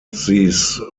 these